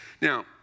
Now